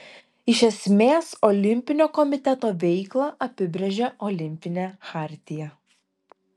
iš esmės olimpinio komiteto veiklą apibrėžia olimpinė chartija